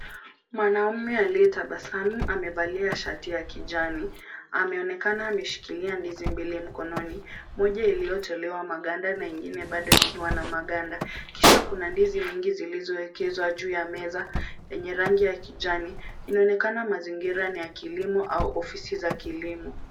Mwanaume aliyetabasamu amevalia shati ya kijani. Ameonekana ameshikilia ndizi mbili mkononi, moja iliyotolewa maganda na ingine bado ikiwa na maganda. Kisha kuna ndizi nyingi zilizoekezwa juu ya meza yenye rangi ya kijani. Inaonekana mazingira ni ya kilimo au ofisi za kilimo.